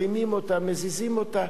מרימים אותה, מזיזים אותה.